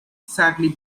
sadly